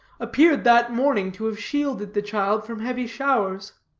appeared that morning to have shielded the child from heavy showers.